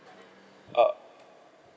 err